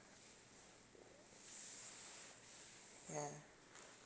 ya